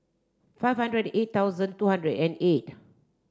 five hundred eight thousand two hundred and eight